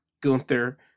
Gunther